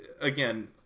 again